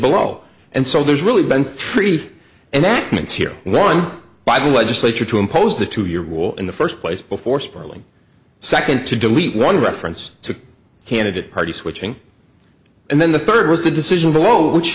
below and so there's really been three and that means here one by the legislature to impose the to your wall in the first place before spiraling second to delete one reference to candidate party switching and then the third was the decision below which